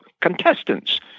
contestants